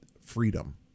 freedom